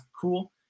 cool